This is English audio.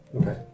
Okay